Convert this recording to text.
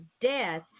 death